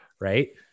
Right